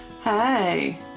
Hey